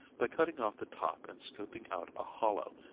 by cutting off the top and scooping out a hollow,